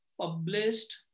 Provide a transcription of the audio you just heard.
published